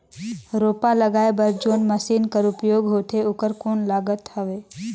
रोपा लगाय बर जोन मशीन कर उपयोग होथे ओकर कौन लागत हवय?